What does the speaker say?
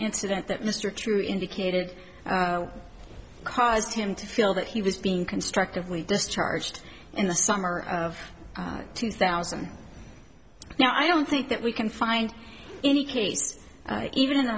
incident that mr trew indicated caused him to feel that he was being constructively discharged in the summer of two thousand now i don't think that we can find any cases even in